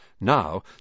Now